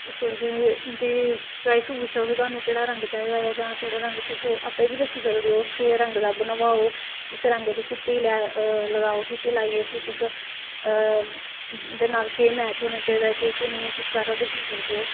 तुस उ'नेंगी उं'दी चवाईस पुच्छो कि तोआनू केह्ड़ा रंग चाहिदा ऐ जां केह्ड़ा रंग आपूं बी दस्सी सकदे ओ कि एह् रंग दा बनवाओ इस रंग दी फीती लगाओ फीती लाइयै फिर तुस ओह्दे नाल केह् मैच होना चाहिदा ऐ केह् केह् नेईं ओह् तुस सारा दस्सी सकदे ओ